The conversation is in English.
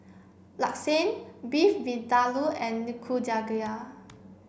Lasagne Beef Vindaloo and Nikujaga